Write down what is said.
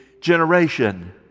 generation